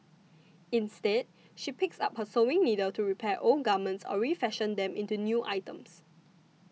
instead she picks up her sewing needle to repair old garments or refashion them into new items